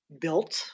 built